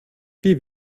wie